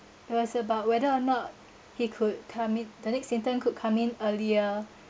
it was about whether or not he could come i~ the next intern could come in earlier